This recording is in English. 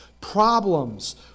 problems